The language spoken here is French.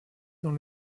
dans